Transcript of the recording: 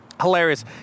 Hilarious